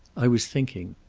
i was thinking.